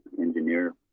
engineer